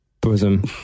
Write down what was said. bosom